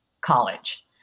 college